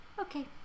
Okay